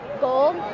Gold